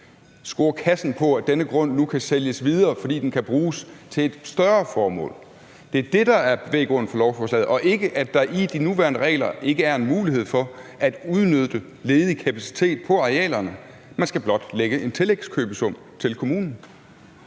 score kassen på, at denne grund nu kan sælges videre, fordi den kan bruges til et større formål. Det er det, der er bevæggrunden for lovforslaget, og ikke at der i de nuværende regler ikke er en mulighed for at udnytte ledig kapacitet på arealerne. Man skal blot lægge en tillægskøbesum til kommunen.